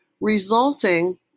resulting